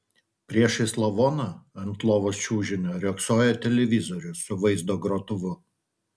priešais lavoną ant lovos čiužinio riogsojo televizorius su vaizdo grotuvu